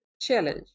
challenge